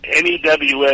NEWS